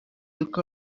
look